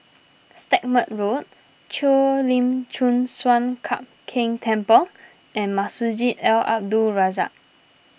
Stagmont Road Cheo Lim Chin Sun Lian Hup Keng Temple and Masjid Al Abdul Razak